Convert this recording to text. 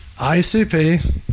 ICP